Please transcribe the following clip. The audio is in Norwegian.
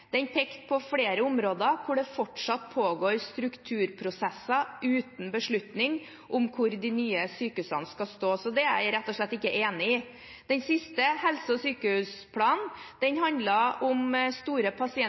Den pekte på flere områder hvor det fortsatt pågår strukturprosesser uten beslutning om hvor de nye sykehusene skal stå. Så det er jeg rett og slett ikke enig i. Den siste helse- og sykehusplanen handlet om store